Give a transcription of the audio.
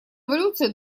эволюции